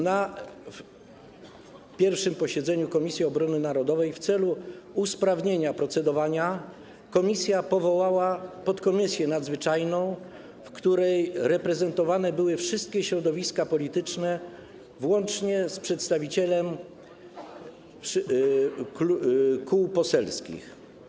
Na pierwszym posiedzeniu Komisji Obrony Narodowej w celu usprawnienia procedowania komisja powołała podkomisję nadzwyczajną, w której reprezentowane były wszystkie środowiska polityczne włącznie z przedstawicielem kół poselskich.